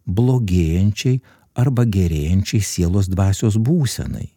blogėjančiai arba gerėjančiai sielos dvasios būsenai